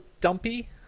dumpy